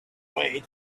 way